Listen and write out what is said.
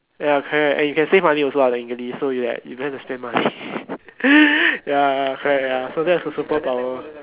ya correct and you can save money also lah technically so like you don't have to spend to spend money ya correct ya so that's a superpower